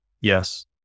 Yes